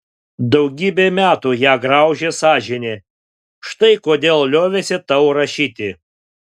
daugybę metų ją graužė sąžinė štai kodėl liovėsi tau rašyti